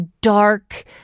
dark